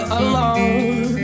alone